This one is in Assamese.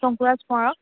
শংকৰাজ কোঁৱৰক